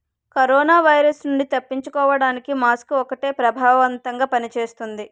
corona virus నుండి తప్పించుకోడానికి mask ఒక్కటే ప్రభావవంతంగా పని చేస్తుంది